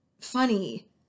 funny